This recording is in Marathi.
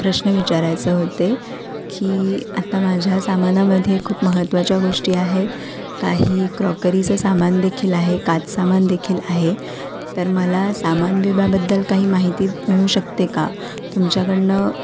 प्रश्न विचारायचे होते की आता माझ्या सामानामध्ये खूप महत्त्वाच्या गोष्टी आहेत काही क्रॉकरीचं सामान देखील आहे काच सामान देखील आहे तर मला सामान विम्याबद्दल काही माहिती मिळू शकते का तुमच्याकडून